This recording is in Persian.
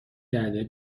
کرده